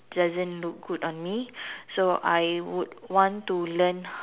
doesn't look good on me so I would want to learn